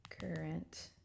current